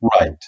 Right